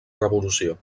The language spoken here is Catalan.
revolució